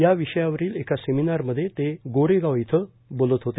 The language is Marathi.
या विषयावरील एका सेमिनारमध्ये ते गोरेगाव इथं बोलत होते